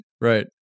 right